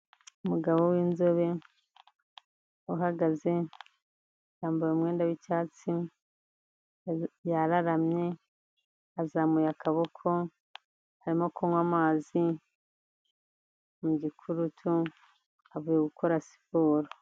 Umugabo w'inzobe, uhagaze, yambaye umwenda w'icyatsi, yararamye, azamuye akaboko, arimo kunywa amazi mu gikurutu, avuye gukora siporo.